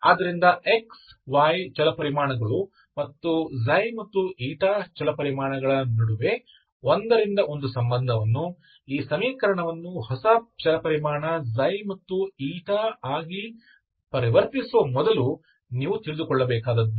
ಆದ್ದರಿಂದ x y ಚಲಪರಿಮಾಣಗಳು ಮತ್ತು ξ ಮತ್ತು η ಚಲಪರಿಮಾಣಗಳ ನಡುವೆ ಒಂದರಿಂದ ಒಂದು ಸಂಬಂಧವನ್ನು ಈ ಸಮೀಕರಣವನ್ನು ಹೊಸ ಚಲಪರಿಮಾಣ ξ ಮತ್ತು η ಆಗಿ ಪರಿವರ್ತಿಸುವ ಮೊದಲು ನೀವು ತಿಳಿದುಕೊಳ್ಳಬೇಕಾದದ್ದು